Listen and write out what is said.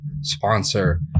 sponsor